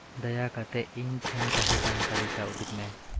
ᱫᱟᱭᱟ ᱠᱟᱛᱮ ᱤᱧ ᱴᱷᱮᱱ ᱛᱟᱸᱦᱮᱠᱟᱱ ᱛᱟᱹᱞᱤᱠᱟ ᱩᱫᱩᱜ ᱢᱮ